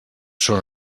són